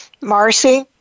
Marcy